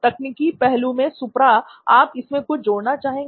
तकनीकी पहलू से सुप्रा आप इसमें कुछ जोड़ना चाहेंगे